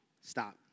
Stop